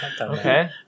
Okay